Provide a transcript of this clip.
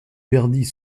perdit